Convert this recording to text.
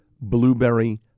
blueberry